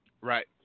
Right